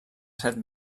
set